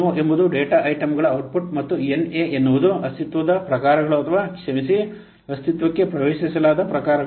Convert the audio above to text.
o ಎಂಬುದು data ಐಟಂಗಳ output ಮತ್ತು Na ಎನ್ನುವುದು ಅಸ್ತಿತ್ವದ ಪ್ರಕಾರಗಳು ಅಥವಾ ಕ್ಷಮಿಸಿ ಅಸ್ತಿತ್ವಕ್ಕೆ ಪ್ರವೇಶಿಸಲಾದ ಪ್ರಕಾರಗಳು